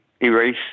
erase